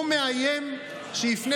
הוא מאיים שיפנה